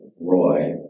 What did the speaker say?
Roy